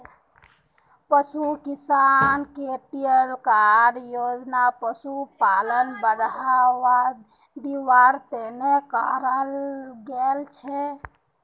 पशु किसान credit card योजना पशुपालनक बढ़ावा दिवार तने कराल गेल छे